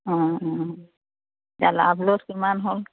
এতিয়া লাভ লোছ কিমান হ'ল